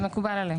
זה מקובל עליהם.